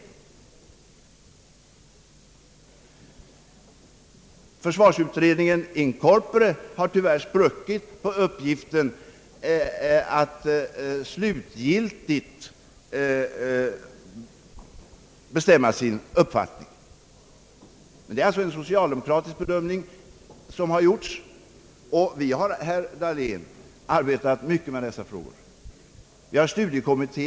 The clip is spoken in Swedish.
Försvarsutredningen har tyvärr spruckit på uppgiften att slutgiltigt bestämma sin uppfattning, men inom det socialdemokratiska partiet har vi arbetat mycket med dessa frågor, herr Dahlén, och gjort vår bedömning innan vi lägger fram våra kostnadsförslag i försvarsutredningen.